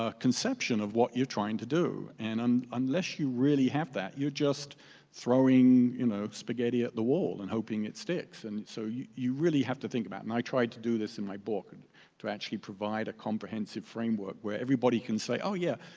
ah conception of what you're trying to do, and um unless you really have that, you're just throwing you know spaghetti at the wall and hoping it sticks, and so you you really have to think about it, and i tried to do this in my book and to actually provide a comprehensive framework where everybody can say, oh, yeah,